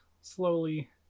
slowly